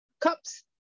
cups